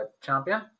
champion